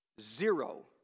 Zero